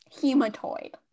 Hematoid